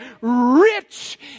rich